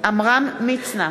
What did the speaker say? עמרם מצנע,